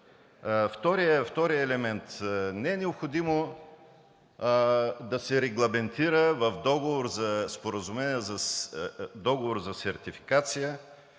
Вторият елемент – не е необходимо да се регламентира в договор за сертификация